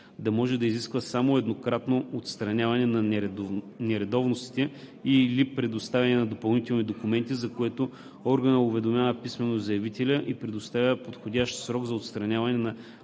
да може да изисква само еднократно отстраняване на нередовности и/или представяне на допълнителни документи, за което органът уведомява писмено заявителя и предоставя подходящ срок за отстраняване на